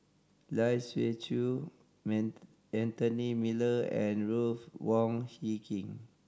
Lai Siu Chiu Anthony Miller and Ruth Wong Hie King